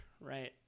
right